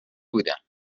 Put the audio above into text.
بودم